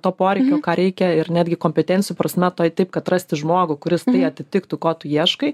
to poreikio ką reikia ir netgi kompetencijų prasme toj taip kad rasti žmogų kuris tai atitiktų ko tu ieškai